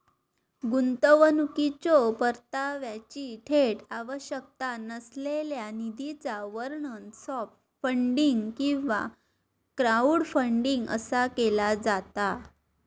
गुंतवणुकीच्यो परताव्याची थेट आवश्यकता नसलेल्या निधीचा वर्णन सॉफ्ट फंडिंग किंवा क्राऊडफंडिंग असा केला जाता